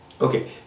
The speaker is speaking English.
Okay